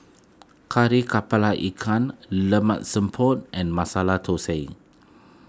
Kari Kepala Ikan Lemak Siput and Masala Thosai